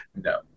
No